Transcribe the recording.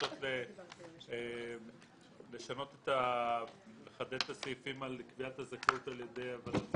הבקשות לחדד את הסעיפים על קביעת הזכאות על ידי המנהל.